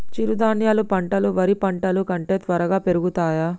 చిరుధాన్యాలు పంటలు వరి పంటలు కంటే త్వరగా పెరుగుతయా?